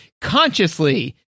consciously